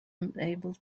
unable